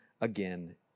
again